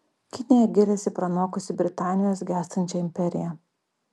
kinija giriasi pranokusi britanijos gęstančią imperiją